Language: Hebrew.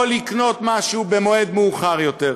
או לקנות משהו במועד מאוחר יותר,